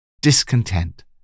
discontent